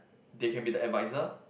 they can be the advisor